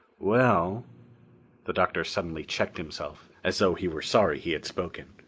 well the doctor suddenly checked himself, as though he were sorry he had spoken.